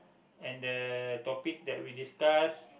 and the topic that we discuss